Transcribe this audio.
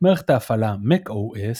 מערכת ההפעלה macOS